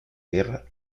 guerra